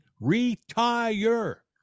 retire